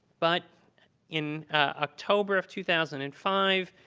but in october of two thousand and five,